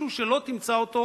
משהו שלא תמצא אותו,